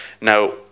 Now